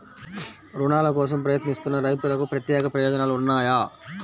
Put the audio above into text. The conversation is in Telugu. రుణాల కోసం ప్రయత్నిస్తున్న రైతులకు ప్రత్యేక ప్రయోజనాలు ఉన్నాయా?